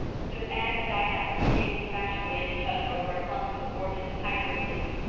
stood anne and diana, gazing bashfully at each other over a clump of gorgeous tiger lilies.